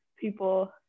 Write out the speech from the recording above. people